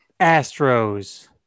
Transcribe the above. Astros